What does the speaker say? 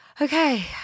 Okay